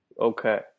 Okay